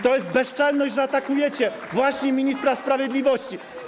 To jest bezczelność, że atakujecie właśnie ministra sprawiedliwości.